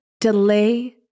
delay